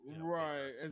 right